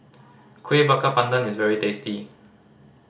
Kueh Bakar Pandan is very tasty